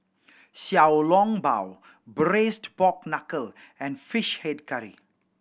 Xiao Long Bao Braised Pork Knuckle and Fish Head Curry